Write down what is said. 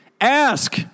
Ask